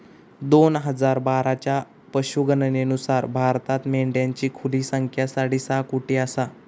दोन हजार बाराच्या पशुगणनेनुसार भारतात मेंढ्यांची खुली संख्या साडेसहा कोटी आसा